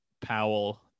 powell